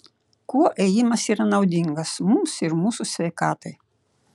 kuo ėjimas yra naudingas mums ir mūsų sveikatai